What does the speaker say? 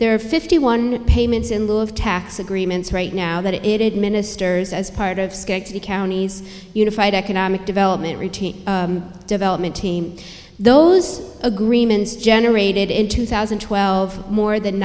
are fifty one payments in lieu of tax agreements right now that it ministers as part of the county's unified economic development development team those agreements generated in two thousand and twelve more than